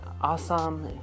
awesome